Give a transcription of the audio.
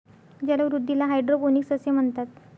जलवृद्धीला हायड्रोपोनिक्स असे म्हणतात